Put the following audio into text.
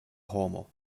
homo